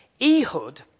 Ehud